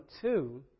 two